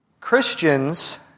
Christians